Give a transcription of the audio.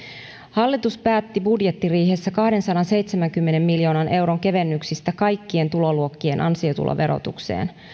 hallitus päätti budjettiriihessä kahdensadanseitsemänkymmenen miljoonan euron kevennyksistä kaikkien tuloluokkien ansiotuloverotukseen